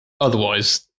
otherwise